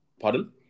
Pardon